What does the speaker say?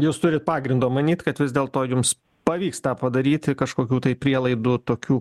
jūs turit pagrindo manyti kad vis dėl to jums pavyks tą padaryti kažkokių tai prielaidų tokių